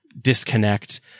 disconnect